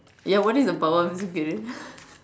ya what is the power I'm just curious